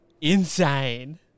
insane